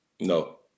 No